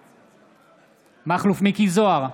בעד מכלוף מיקי זוהר,